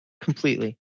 Completely